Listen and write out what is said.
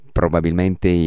probabilmente